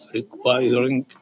requiring